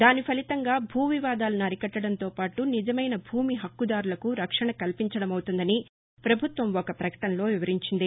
దాని ఫలితంగా భూ వివాదాలను అరికట్లడంతో పాటు నిజమైన భూమి హక్కుదారులకు రక్షణ కల్పించడమవుతుందని ప్రభుత్వం ఒక పకటనలో వివరించింది